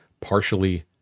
partially